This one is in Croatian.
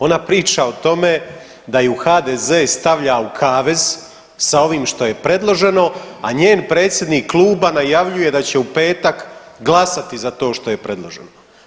Ona priča o tome da ju HDZ stavlja u kavez sa ovim što je predloženo, a njen predsjednik kluba najavljuje da će u petak glasati za to što je predloženo.